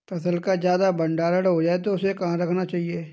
फसल का ज्यादा भंडारण हो जाए तो कहाँ पर रखना चाहिए?